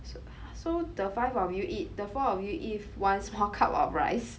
so so the five of you eat the four of you eat one small cup of rice